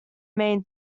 main